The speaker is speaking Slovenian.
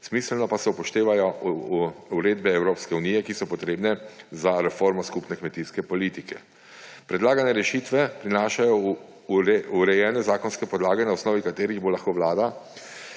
smiselno pa se upoštevajo uredbe EU, ki so potrebne za reformo skupne kmetijske politike. Predlagane rešitve prinašajo urejene zakonske podlage, na osnovi katerih bo lahko vlada